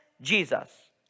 Jesus